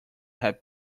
had